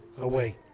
away